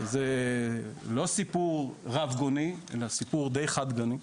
לא סיפור רב גוני, אלא סיפור די חד גוני.